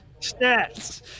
stats